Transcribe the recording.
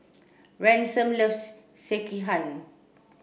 Ransom loves Sekihan